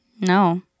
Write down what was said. no